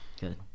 Good